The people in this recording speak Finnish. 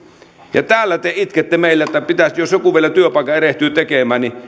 ja täällä te itkette meille että jos joku vielä työpaikan erehtyy tekemään